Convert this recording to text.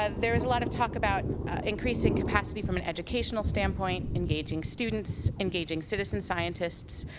ah there was a lot of talk about increasing capacity from an educational standpoint, engaging students, engaging citizen scientists,